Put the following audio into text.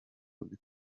bobbi